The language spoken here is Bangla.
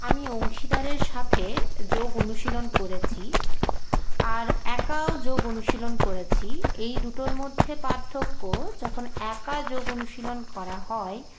আমি অংশীদারের সাথে যোগ অনুশীলন করেছি আর একাও যোগ অনুশীলন করেছি এই দুটোর মধ্যে পার্থক্য যখন একা যোগ অনুশীলন করা হয়